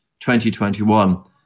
2021